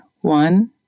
One